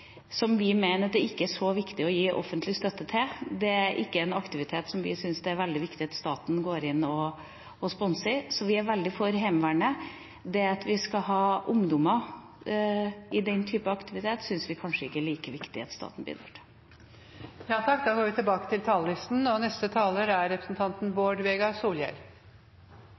som vi mener det ikke er så viktig å gi offentlig støtte til. Det er ikke en aktivitet som vi syns det er veldig viktig at staten går inn og sponser. Vi er veldig for Heimevernet, men det at vi skal ha ungdommer i den type aktivitet, syns vi kanskje ikke er like viktig at staten bidrar til. Replikkordskiftet er omme. Kva slags år var 2014, og kva slags år vert 2015? Viss eg skulle peike på tre ting, så er